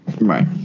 Right